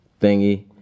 thingy